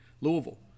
Louisville